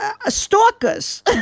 stalkers